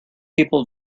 people